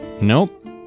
Nope